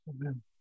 Amen